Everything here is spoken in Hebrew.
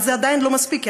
אבל זה עדיין לא מספיק,